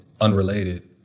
unrelated